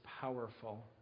powerful